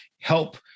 help